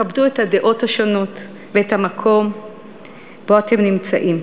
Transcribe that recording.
כבדו את הדעות השונות ואת המקום שבו אתם נמצאים,